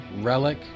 Relic